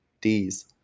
D's